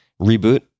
Reboot